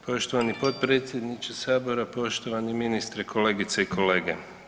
poštovani potpredsjedniče Sabora, poštovani ministre, kolegice i kolege.